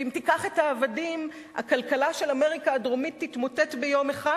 ואם תיקח את העבדים הכלכלה של הדרום באמריקה תתמוטט ביום אחד,